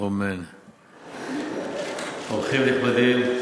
אורחים נכבדים,